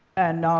and um